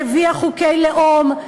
שהביאה חוקי לאום,